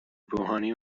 روحانی